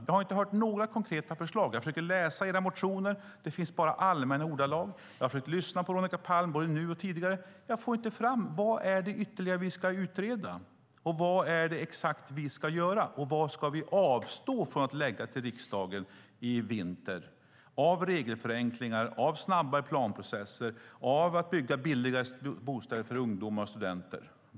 Jag har inte hört några konkreta förslag. Jag försöker läsa era motioner. Det finns bara allmänna ordalag. Jag har försökt lyssna på Veronica Palm, både nu och tidigare. Jag får inte fram vad det är vi ska utreda ytterligare eller exakt vad det är vi ska göra. Vad ska vi avstå från att lägga fram för riksdagen i vinter av regelförenklingar, av snabbare planprocesser, av att bygga billigare bostäder för ungdomar och studenter?